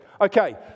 Okay